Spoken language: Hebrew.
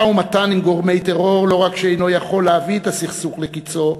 משא-ומתן עם גורמי טרור לא רק שאינו יכול להביא את הסכסוך לקצו,